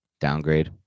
Downgrade